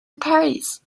paris